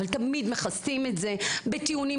תמיד מכסים את זה בטיעונים